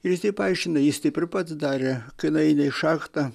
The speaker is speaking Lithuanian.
ir jis taip aišina jis taip ir pats darė kai nueini į šachtą